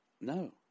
no